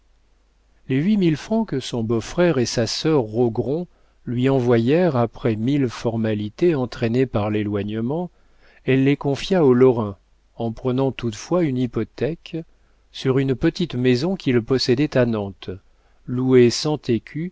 les huit mille francs que son beau-frère et sa sœur rogron lui envoyèrent après mille formalités entraînées par l'éloignement elle les confia aux lorrain en prenant toutefois une hypothèque sur une petite maison qu'ils possédaient à nantes louée